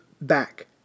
back